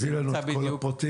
תעביר לנו את כל הפרטים.